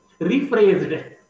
rephrased